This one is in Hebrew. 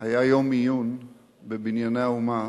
היה יום עיון ב"בנייני האומה"